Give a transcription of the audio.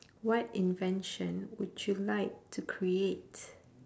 what invention would you like to create